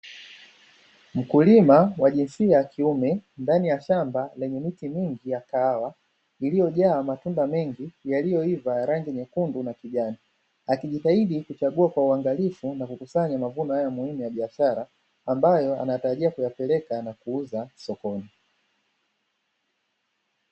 Mkulima wa jinsia ya kiume, ndani ya shamba lenye miti mingi ya kahawa; iliyojaa matunda mengi yaliyoiva ya rangi nyekundu na kijani. Akijitahidi kuchagua kwa uangalifu na kukusanya mavuno hayo muhimu ya biashara, ambayo anatarajia kuyapeleka na kuuza sokoni.